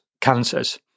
cancers